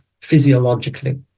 physiologically